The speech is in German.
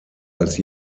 als